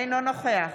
אינו נוכח